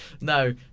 No